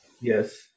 Yes